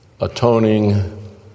atoning